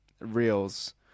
reels